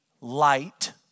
light